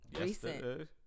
recent